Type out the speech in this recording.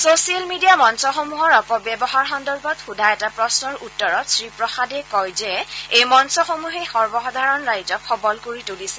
social media মঞ্চসমূহৰ অপব্যৱহাৰ সন্দৰ্ভত সোধা এটা প্ৰশ্নৰ উত্তৰত শ্ৰীপ্ৰসাদে কয় যে এই মঞ্চসমূহে সৰ্বসাধাৰণ ৰাইজক সবল কৰি তুলিছে